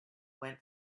went